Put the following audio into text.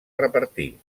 repartir